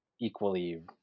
equally